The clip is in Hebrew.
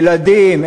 ילדים,